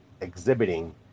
exhibiting